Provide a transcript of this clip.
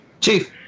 Chief